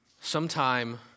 sometime